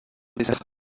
dessert